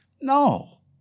No